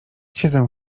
siedzę